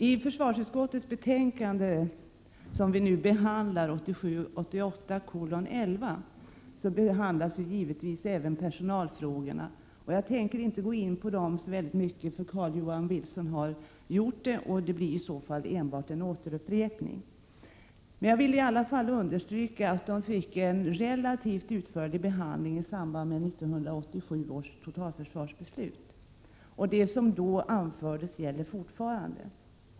I försvarsutskottets betänkande 1987/88:11 behandlas givetvis även personalfrågorna. Jag tänker inte gå närmare in på dem. De har ju redan redovisats av Carl-Johan Wilson, och det skulle enbart bli en upprepning. Dessa frågor fick en relativt utförlig behandling i samband med 1987 års totalförsvarsbeslut. Det som då anfördes gäller fortfarande.